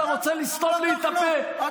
אתה רוצה לסתום לי את הפה,